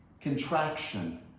Contraction